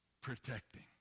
protecting